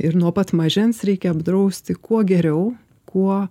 ir nuo pat mažens reikia apdrausti kuo geriau kuo